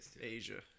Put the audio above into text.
Asia